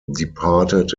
departed